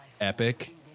epic